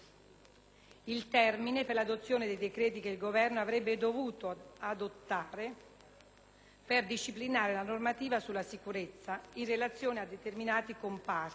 il termine per l'emanazione dei decreti che il Governo avrebbe dovuto adottare per disciplinare la normativa sulla sicurezza in relazione a determinati comparti.